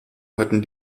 hatten